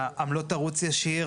עמלות ערוץ ישיר,